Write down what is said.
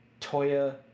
Toya